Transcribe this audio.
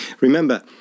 Remember